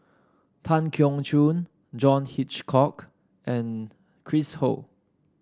Tan Keong Choon John Hitchcock and Chris Ho